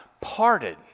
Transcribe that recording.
parted